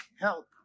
help